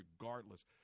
regardless